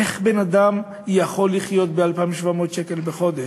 איך בן-אדם יכול לחיות מ-2,700 שקל בחודש,